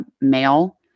male